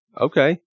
okay